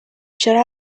چرا